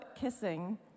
kissing